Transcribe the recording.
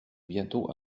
bientôt